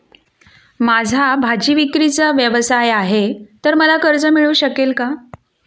माझा भाजीविक्रीचा व्यवसाय आहे तर मला कर्ज मिळू शकेल का?